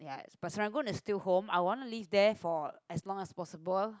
but Serangoon is still home I wanna live there for as long as possible